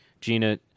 Gina